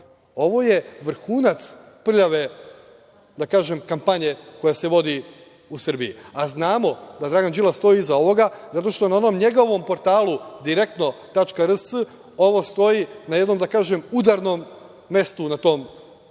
ovo je vrhunac prljave, da kažem, kampanje koja se vodi u Srbiji, a znamo da Dragan Đilas stoji iza ovoga zato što na onom njegovom portalu direktno.rs ovo stoji na jednom udarnom mestu na tom portalu.